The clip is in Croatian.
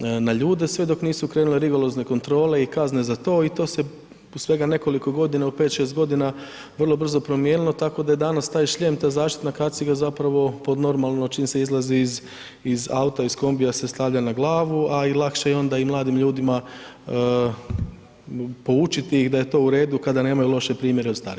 na ljude, sve dok nisu krenule rigorozne kontrole i kazne za to i to se u svega nekoliko godina, u 5, 6 godina vrlo brzo promijenilo, tako da je danas taj šljem, ta zaštitna kaciga zapravo pod normalno čim se izlazi iz auta, iz kombija se stavlja na glavu, a i lakše je onda i mladim ljudima poučiti ih da je to u redu kada nemaju loše primjere od starijih.